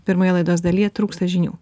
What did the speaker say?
pirmoje laidos dalyje trūksta žinių